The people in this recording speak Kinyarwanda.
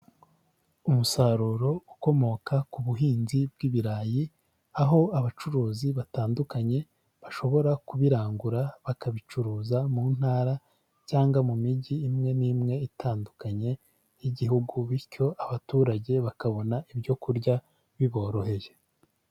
Umusaruro ukomoka ku buhinzi bw'ibirayi, aho abacuruzi batandukanye bashobora kubirangura, bakabicuruza mu ntara cyangwa mu migi imwe n'imwe itandukanye y'igihugu bityo abaturage bakabona ibyo kurya biboroheye.